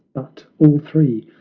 but all three,